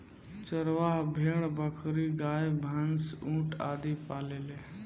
चरवाह भेड़, बकरी, गाय, भैन्स, ऊंट आदि पालेले